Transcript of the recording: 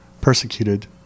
persecuted